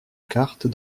carte